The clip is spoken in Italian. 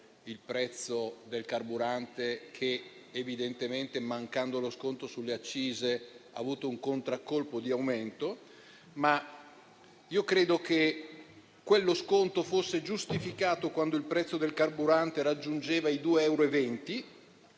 il prezzo del carburante, che evidentemente, mancando lo sconto sulle accise, ha avuto un contraccolpo di aumento. Ma credo che quello sconto fosse giustificato quando il prezzo del carburante raggiungeva i 2,20 euro